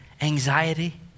anxiety